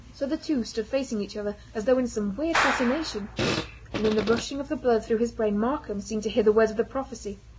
so the two stood facing each other, as though in some weird fascination and in the rushing of the blood through his brain markam seemed to hear the words of the prophecy